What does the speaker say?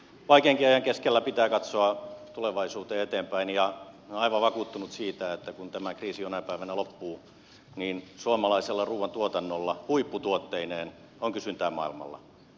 vaikeankin ajan keskellä pitää katsoa tulevaisuuteen eteenpäin ja olen aivan vakuuttunut siitä että kun tämä kriisi jonain päivänä loppuu niin suomalaisella ruoantuotannolla huipputuotteineen on kysyntää maailmalla